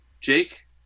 Jake